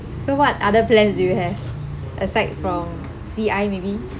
so what other plans do you have aside from C_I maybe